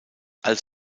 als